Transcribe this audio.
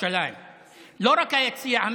לא רק בבית"ר ירושלים,